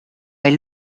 est